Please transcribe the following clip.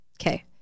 Okay